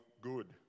good